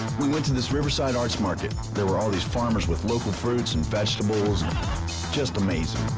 we went to this riverside arts market, there were all these farmers with local fruits and vegetables and just amazing.